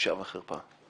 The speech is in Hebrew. בושה וחרפה.